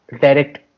direct